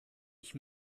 ich